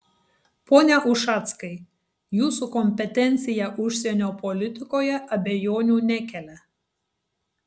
pone ušackai jūsų kompetencija užsienio politikoje abejonių nekelia